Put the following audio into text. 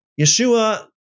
Yeshua